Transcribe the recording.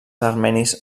armenis